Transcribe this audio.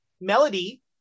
Melody